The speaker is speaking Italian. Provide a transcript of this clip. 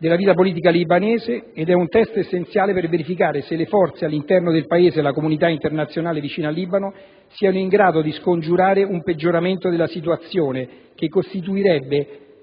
della vita politica libanese ed un test essenziale per verificare se le forze all'interno del Paese e la comunità internazionale vicina al Libano siano in grado di scongiurare un peggioramento della situazione, che costituirebbe